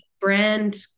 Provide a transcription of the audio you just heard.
brand